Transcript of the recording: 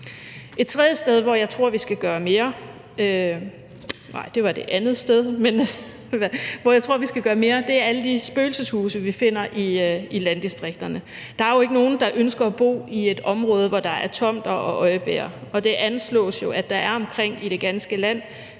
Et andet sted, hvor jeg tror vi skal gøre mere, er alle de spøgelseshuse, vi finder i landdistrikterne. Der er jo ikke nogen, der ønsker at bo i et område, hvor der er tomt og er øjebæer, og det anslås jo, at der rundtomkring i det ganske land